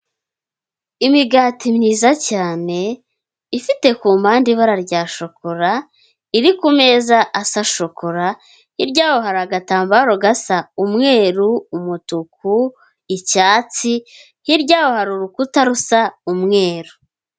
Imigati myiza cyane ifite ku mpande ibara rya shokora, iri ku meza asa shokora hirya yaho hari agatambaro gasa umweru, umutuku, icyatsi, hirya hari urukuta rusa umweru.